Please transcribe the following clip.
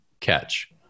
catch